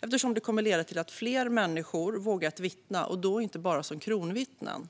Det kommer att leda till att fler människor vågar vittna och då inte bara som kronvittnen.